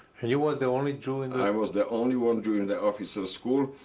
and you were the only jew. and i was the only one jew in the officers' school.